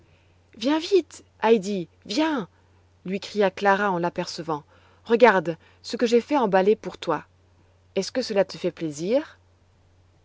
viens vite heidi viens lui cria clara en l'apercevant regarde ce que j'ai fait emballer pour toi est-ce que cela te fait plaisir